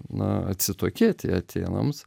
na atsitokėti atėnams